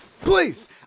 Please